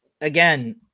again